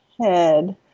head